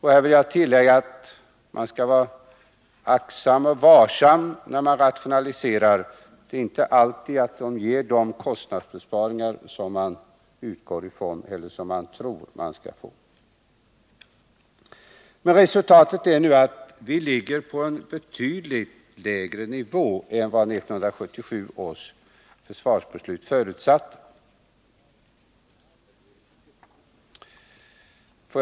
Här vill jag tillägga att man skall vara aktsam och varsam när man rationaliserar; det är inte alltid rationaliseringarna ger de kostnadsbesparingar man tror man skall få. Resultatet visar nu att vi ligger på en betydligt lägre nivå än 1977 års försvarsbeslut förutsatte.